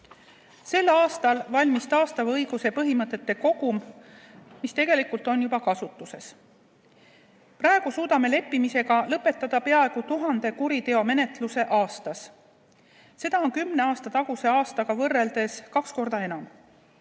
Sel aastal valmis taastava õiguse põhimõtete kogum, mis tegelikult on juba kasutusel. Praegu suudame leppimisega lõpetada peaaegu 1000 kuriteomenetluse aastas. Seda on kümne aasta taguse ajaga võrreldes kaks korda enam.